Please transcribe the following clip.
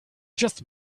just